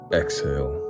exhale